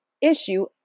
issue